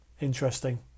interesting